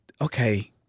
Okay